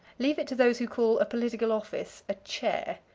leave it to those who call a political office a chair.